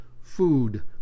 food